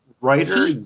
writer